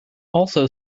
also